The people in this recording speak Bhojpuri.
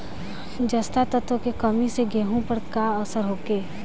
जस्ता तत्व के कमी से गेंहू पर का असर होखे?